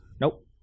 Nope